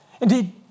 Indeed